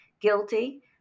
guilty